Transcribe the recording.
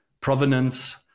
provenance